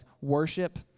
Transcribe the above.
worship